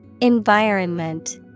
Environment